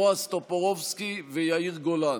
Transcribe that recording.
בועז טופורובסקי ויאיר גולן.